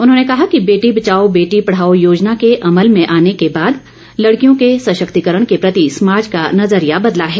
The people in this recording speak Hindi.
उन्होंने कहा कि बेटी बचाओ बेटी पढ़ाओ योजना के अमल में आने के बाद लड़कियों के सशक्तिकरण के प्रति समाज का नजरिया बदला है